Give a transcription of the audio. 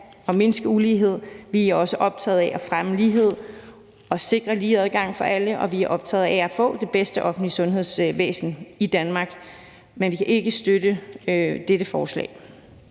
at mindske ulighed. Vi er også optaget af at fremme lighed og sikre lige adgang for alle, og vi er optaget af at få det bedste offentlige sundhedsvæsen i Danmark, men vi kan ikke støtte dette forslag.